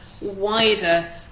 wider